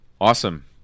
Awesome